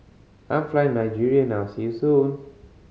I'm flying Nigeria now see you soon